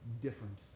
different